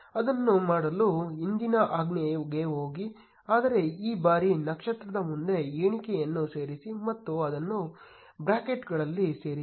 ಅದನ್ನು ಮಾಡಲು ಹಿಂದಿನ ಆಜ್ಞೆಗೆ ಹೋಗಿ ಆದರೆ ಈ ಬಾರಿ ನಕ್ಷತ್ರದ ಮುಂದೆ ಎಣಿಕೆಯನ್ನು ಸೇರಿಸಿ ಮತ್ತು ಅದನ್ನು ಬ್ರಾಕೆಟ್ಗಳಲ್ಲಿ ಸೇರಿಸಿ